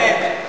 מנהל קורא,